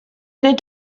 nid